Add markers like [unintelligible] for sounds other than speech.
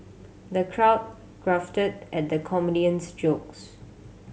the crowd [unintelligible] at the comedian's jokes